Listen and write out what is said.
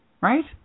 right